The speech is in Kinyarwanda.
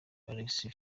alex